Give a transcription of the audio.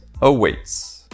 awaits